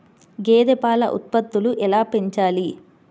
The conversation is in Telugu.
గేదె పాల ఉత్పత్తులు ఎలా పెంచాలి?